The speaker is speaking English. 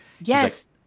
yes